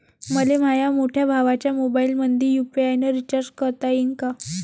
मले माह्या मोठ्या भावाच्या मोबाईलमंदी यू.पी.आय न रिचार्ज करता येईन का?